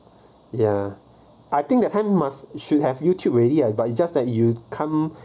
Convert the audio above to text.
ya I think that hand must should have YouTube already ah but it's just that you come